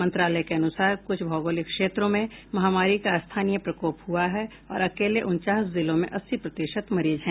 मंत्रालय के अनूसार क्छ भौगोलिक क्षेत्रों में महामारी का स्थानीय प्रकोप हुआ है और अकेले उनचास जिलों में अस्सी प्रतिशत मरीज हैं